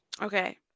Okay